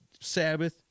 Sabbath